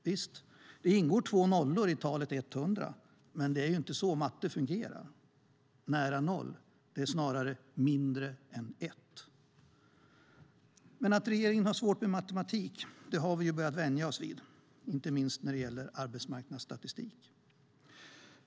Visst - det ingår två nollor i talet 100, men det är inte så matte fungerar. Nära noll är snarare mindre än ett. Vi har börjat vänja oss vid att regeringen har svårt med matematik, inte minst när det gäller arbetsmarknadsstatistik.